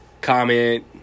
comment